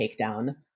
takedown